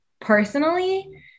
personally